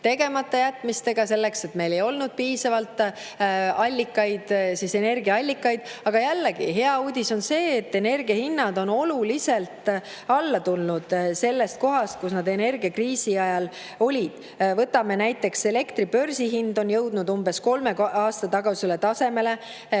tegematajätmistega, sellepärast et meil ei olnud piisavalt energiaallikaid. Aga hea uudis on see, et energia hinnad on oluliselt alla tulnud sellest kohast, kus nad energiakriisi ajal olid. Näiteks elektri börsihind on jõudnud umbes kolme aasta tagusele tasemele,